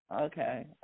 okay